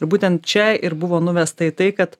ir būtent čia ir buvo nuvesta į tai kad